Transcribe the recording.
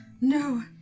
No